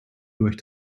durch